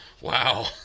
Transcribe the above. Wow